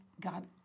God